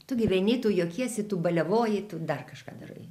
tu gyveni tu juokiesi tu baliavoji tu dar kažką darai